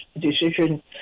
decision